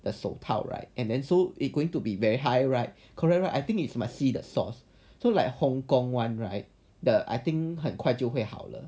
the 手套 right and then so it's going to be very high right correct right I think it's a must see the source so like hong-kong [one] right the I think 很快就会好了